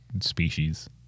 species